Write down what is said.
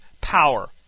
power